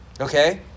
Okay